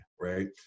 right